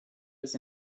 was